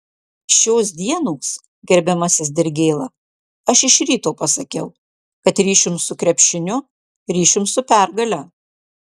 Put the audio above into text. šios dienos gerbiamasis dirgėla aš iš ryto pasakiau kad ryšium su krepšiniu ryšium su pergale